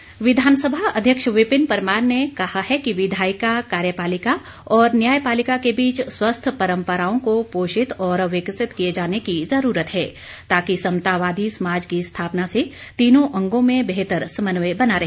परमार विधानसभा अध्यक्ष विपिन परमार ने कहा है कि विधायिका कार्यपालिका और न्यायपालिका के बीच स्वस्थ परंपराओं को पोषित और विकसित किए जाने की ज़रूरत है ताकि समतावादी समाज की स्थापना से तीनों अंगों में बेहतर समन्वय बना रहे